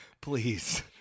Please